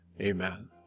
amen